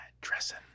dressing